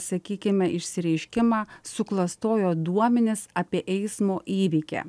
sakykime išsireiškimą suklastojo duomenis apie eismo įvykį